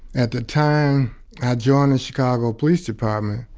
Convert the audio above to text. at the time i joined the chicago police department,